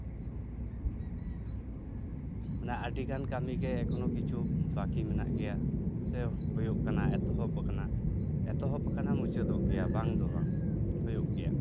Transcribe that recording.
ᱢᱟᱱᱮ ᱟᱹᱰᱤᱜᱟᱱ ᱠᱟᱹᱢᱤᱜᱮ ᱮᱠᱷᱚᱱᱳ ᱠᱤᱪᱷᱩ ᱵᱟᱠᱤ ᱢᱮᱱᱟᱜ ᱜᱮᱭᱟ ᱥᱮ ᱦᱳᱭᱳᱜ ᱠᱟᱱᱟ ᱮᱛᱚᱦᱚᱵ ᱟᱠᱟᱱᱟ ᱮᱛᱚᱦᱚᱵ ᱟᱠᱟᱱᱟ ᱢᱩᱪᱟᱹᱫᱚᱜ ᱜᱮᱭᱟ ᱵᱟᱝ ᱫᱚ ᱵᱟᱝ ᱦᱳᱭᱳᱜ ᱜᱮᱭᱟ